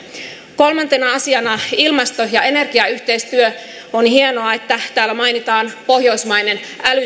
kolmantena asiana ilmasto ja energiayhteistyö on hienoa että täällä mainitaan pohjoismainen